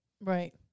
Right